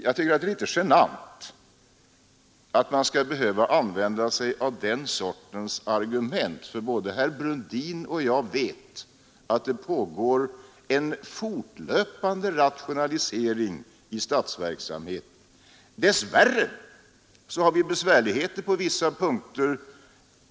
Jag tycker att det är litet genant att man skall behöva använda sig av den sortens argument, för både herr Brundin och jag vet att det pågår en fortlöpande rationalisering i statsverksamheten. Dess värre har vi besvärligheter på vissa punkter.